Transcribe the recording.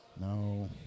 No